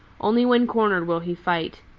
only when cornered will he fight.